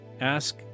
Ask